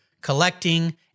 collecting